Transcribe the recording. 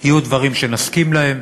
יהיו דברים שנסכים להם